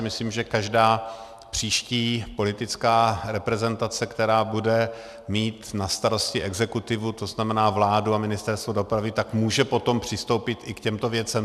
Myslím si, že každá příští politická reprezentace, která bude mít na starosti exekutivu, to znamená vládu a Ministerstvo dopravy, tak může potom přistoupit i k těmto věcem.